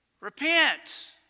Repent